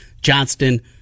Johnston